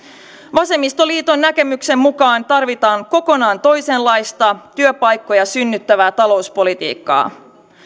vasemmistoliiton näkemyksen mukaan tarvitaan kokonaan toisenlaista työpaikkoja synnyttävää talouspolitiikkaa